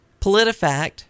PolitiFact